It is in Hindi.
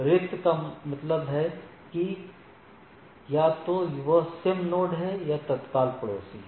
रिक्त का मतलब है कि या तो यह स्वयं नोड है या तत्काल पड़ोसी है